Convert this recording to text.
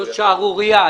זאת שערורייה.